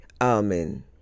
Amen